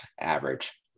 average